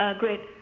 ah great.